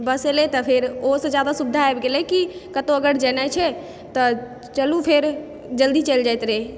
बस एलै तऽ फेर ओहो सँ जादा सुविधा आबि गेलै कि कतौ अगर जेनाइ छै तऽ चलु फेर जल्दी चलि जाइत रहै